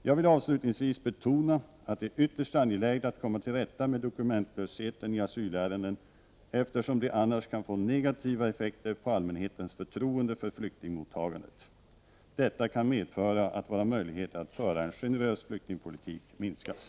Jag vill avslutningsvis betona att det är ytterst angeläget att komma till rätta med dokumentlösheten i asylärenden eftersom det annars kan få negativa effekter på allmänhetens förtroende för flyktingmottagandet. Detta kan medföra att våra möjligheter att föra en generös flyktingpolitik minskas.